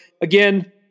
again